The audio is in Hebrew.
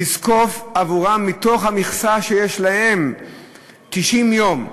לזקוף בעבורם מתוך המכסה שיש להם 90 יום,